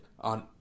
on